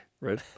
right